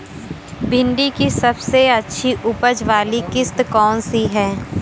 भिंडी की सबसे अच्छी उपज वाली किश्त कौन सी है?